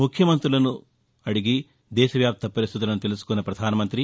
ముఖ్యమంతులను అడిగి దేశ వ్యాప్త పరిస్థితులను తెలుసుకున్న ప్రధానమంతి